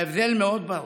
ההבדל מאוד ברור: